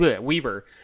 Weaver